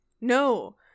No